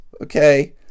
okay